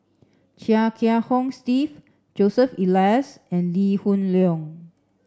Chia Kiah Hong Steve Joseph Elias and Lee Hoon Leong